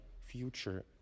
future